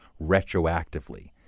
retroactively